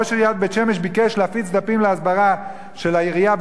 ראש עיריית בית-שמש ביקש להפיץ דפים להסברה של העירייה.